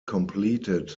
completed